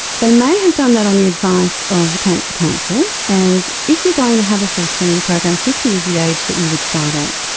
they may have done that on the advice of the cancer council, and if you're going to have a full screening program, fifty is the age that you would start at.